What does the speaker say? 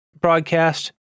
broadcast